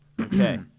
Okay